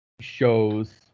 shows